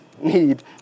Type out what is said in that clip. need